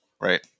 right